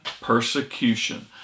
persecution